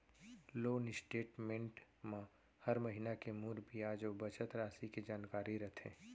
loan statement म हर महिना के मूर बियाज अउ बचत रासि के जानकारी रथे